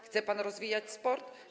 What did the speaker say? Chce pan rozwijać sport?